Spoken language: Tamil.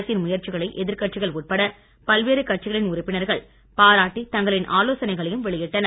அரசின் முயற்சிகளை எதிர்க்கட்சிகள் உட்பட பல்வேறு கட்சிகளின் உறுப்பினர்கள் பாராட்டி தங்களின் ஆலோசனைகளையும் வெளியிட்டனர்